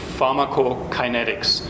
pharmacokinetics